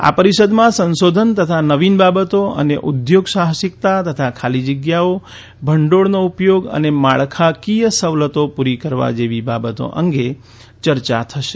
આ પરીષદમાં સંશોધન તથા નવીન બાબતો અને ઉદ્યોગ સાહસિકતા તથા ખાલી જગ્યાઓ ભંડોળનો ઉપયોગ અને માળખાકીય સવલતો પુરી કરવા જેવી બાબતો અંગે ચર્ચા થશે